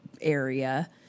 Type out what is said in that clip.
area